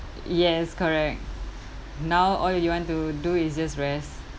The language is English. yes correct now all you want to do is just rest